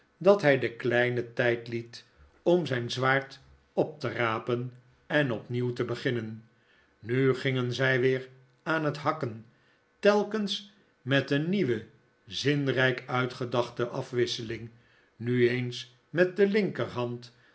dat hij den kleinen tijd liet om zijn zwaard op te rapen en opnieuw te beginnen nu gingen zij weer aan het hakken telkens met een nieuwe zinrijk uitgedachte afwisseling nu eens met de linkerhand